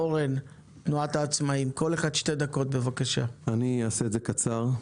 אורן תנועת העצמאים אעשה קצר.